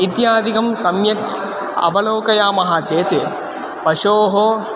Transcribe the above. इत्यादिकं सम्यक् अवलोकयामः चेत् पशोः